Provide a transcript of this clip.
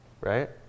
right